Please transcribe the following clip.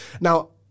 Now